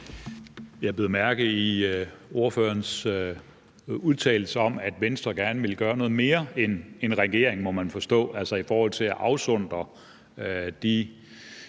Jeg bed mærke i ordførerens udtalelse om, at Venstre gerne vil gøre mere end regeringen, må man forstå, i forhold til at afsondre de